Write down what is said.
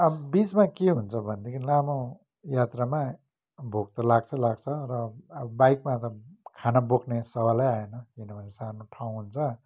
अब बिचमा के हुन्छ भनेदेखि लामो यात्रामा भोक त लाग्छै लाग्छ र अब बाइकमा त खाना बोक्ने सवालै आएन किनभने सानो ठाउँ हुन्छ